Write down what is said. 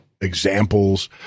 examples